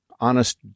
honest